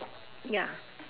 ya